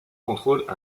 contrôle